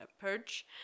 Purge